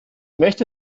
möchte